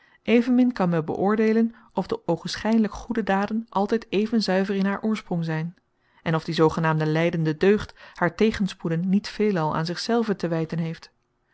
evenmin kan men beöordeelen of de ogenschijnlijk goede daden altijd even zuiver in haar oorsprong zijn en of die zoogenaamde lijdende deugd haar tegenspoeden niet veelal aan zich zelve te wijten heeft